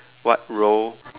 what role